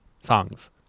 songs